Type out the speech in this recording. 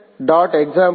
example